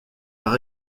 par